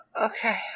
Okay